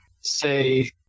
say